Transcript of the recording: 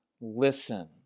listen